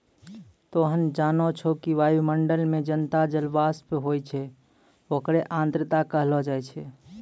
तोहं जानै छौ कि वायुमंडल मं जतना जलवाष्प होय छै होकरे आर्द्रता कहलो जाय छै